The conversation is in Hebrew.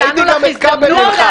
ראיתי גם את כבל נלחץ.